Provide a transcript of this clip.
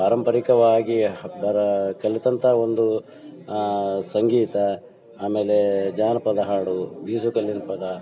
ಪಾರಂಪರಿಕವಾಗಿ ಬರೋ ಕಲಿತಂಥ ಒಂದು ಸಂಗೀತ ಆಮೇಲೆ ಜಾನಪದ ಹಾಡು ಬೀಸುಕಲ್ಲಿನ ಪದ